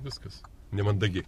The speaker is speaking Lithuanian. viskas nemandagiai